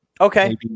Okay